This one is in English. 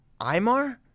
Imar